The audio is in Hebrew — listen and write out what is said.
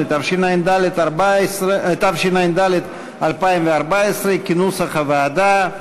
8), התשע"ד 2014, כנוסח הוועדה.